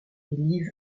liv